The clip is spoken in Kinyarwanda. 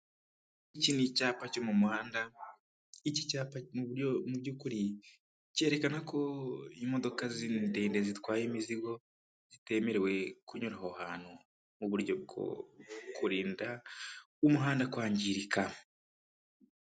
Iki ni icyapa cyo mu muhanda mubyukuri cyerekana ko imodoka ndende zitwaye imizigo zitemerewe kunyura aho hantu mu buryo bwo kurinda umuhanda kwangirika.